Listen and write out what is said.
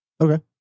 Okay